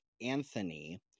Anthony